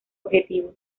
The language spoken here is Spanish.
objetivo